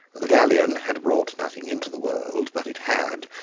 the galleon had brought nothing into the world, but it had,